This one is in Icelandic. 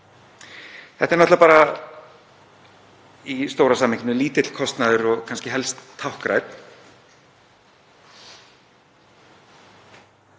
Þetta er náttúrlega í stóra samhenginu lítill kostnaður og kannski helst táknrænn